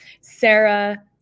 sarah